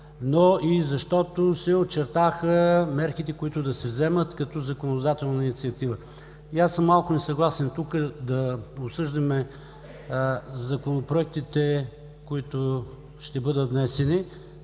но и защото се очертаха мерките, които да се вземат като законодателна инициатива. Аз съм малко несъгласен тук да обсъждаме законопроектите, които ще бъдат внесени.